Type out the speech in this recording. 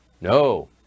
No